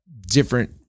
different